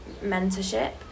mentorship